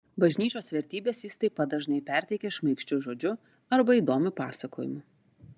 bažnyčios vertybes jis taip pat dažnai perteikia šmaikščiu žodžiu arba įdomiu pasakojimu